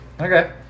Okay